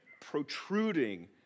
protruding